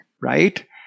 Right